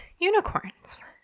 unicorns